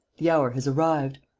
the hour has arrived.